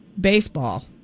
Baseball